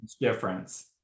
difference